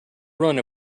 run